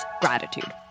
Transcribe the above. gratitude